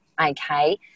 okay